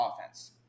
offense